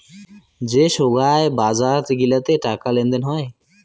যে সোগায় বাজার গিলাতে টাকা লেনদেন হই